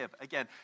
Again